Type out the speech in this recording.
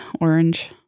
orange